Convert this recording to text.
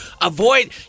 avoid